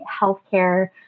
healthcare